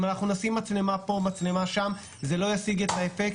אם נשים מצלמה פה ושם, זה לא ישיג את האפקט.